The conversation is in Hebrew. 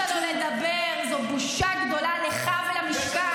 זה שלא נתת לו לדבר, זאת בושה גדולה לך ולמשכן.